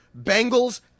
Bengals